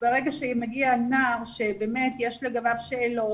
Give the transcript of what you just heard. ברגע שמגיע נער שבאמת יש לגביו שאלות,